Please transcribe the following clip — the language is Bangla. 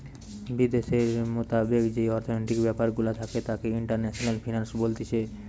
বিদ্যাশের মোতাবেক যেই অর্থনৈতিক ব্যাপার গুলা থাকে তাকে ইন্টারন্যাশনাল ফিন্যান্স বলতিছে